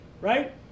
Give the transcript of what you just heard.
right